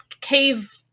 cave